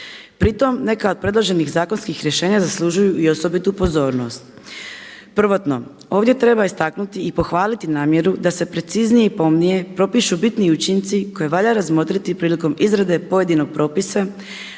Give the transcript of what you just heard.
Pritom neka od predloženih zakonskih rješenja zaslužuju i osobitu pozornost. Prvotno ovdje treba istaknuti i pohvaliti namjeru da se preciznije i pomnije propišu bitni učinci koje valja razmotriti prilikom izrade pojedinog propisa,